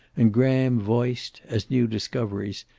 and graham voiced, as new discoveries,